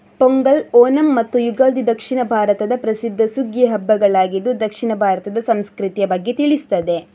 ಪೊಂಗಲ್, ಓಣಂ ಮತ್ತು ಯುಗಾದಿ ದಕ್ಷಿಣ ಭಾರತದ ಪ್ರಸಿದ್ಧ ಸುಗ್ಗಿಯ ಹಬ್ಬಗಳಾಗಿದ್ದು ದಕ್ಷಿಣ ಭಾರತದ ಸಂಸ್ಕೃತಿಯ ಬಗ್ಗೆ ತಿಳಿಸ್ತದೆ